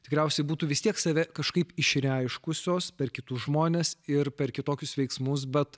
tikriausiai būtų vis tiek save kažkaip išreiškusios per kitus žmones ir per kitokius veiksmus bet